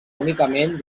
únicament